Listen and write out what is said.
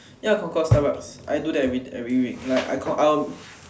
ya I got go Starbucks I do that eve~ every week like I will